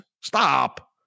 Stop